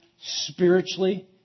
spiritually